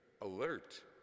alert